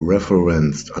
referenced